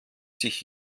sich